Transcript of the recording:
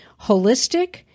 holistic